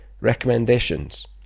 recommendations